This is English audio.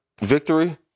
victory